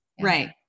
Right